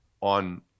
on